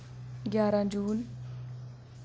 ग्यारां जून